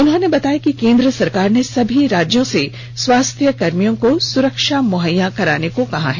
उन्होंने बताया कि केन्द्र सरकार ने सभी राज्यों से स्वास्थ्यकर्मियों को सुरक्षा मुहैया कराने को कहा है